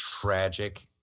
tragic